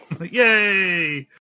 Yay